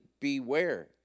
beware